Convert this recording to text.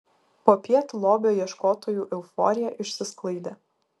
popiet lobio ieškotojų euforija išsisklaidė